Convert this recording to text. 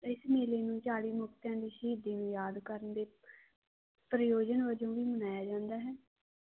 ਇਸ ਮੇਲੇ ਨੂੰ ਚਾਲੀ ਮੁਕਤਿਆਂ ਦੀ ਸ਼ਹੀਦੀ ਯਾਦ ਕਰਨ ਦੇ ਪ੍ਰਯੋਜਨ ਵਜੋਂ ਵੀ ਮਨਾਇਆ ਜਾਂਦਾ ਹੈ